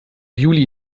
juli